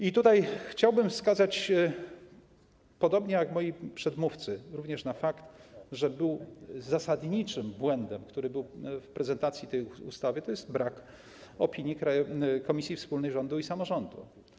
I tutaj chciałbym wskazać, podobnie jak moi przedmówcy, również na fakt, że zasadniczym błędem, który był w prezentacji tej ustawy, jest brak opinii komisji wspólnej rządu i samorządu.